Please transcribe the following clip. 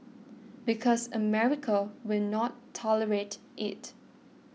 because America will not tolerate it